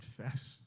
confess